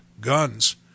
guns